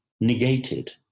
negated